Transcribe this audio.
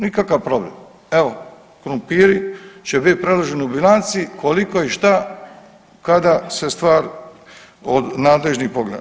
Nikakav problem, evo krumpiri će biti predloženi u bilanci, koliko i šta, kada se stvar od nadležnih pogleda.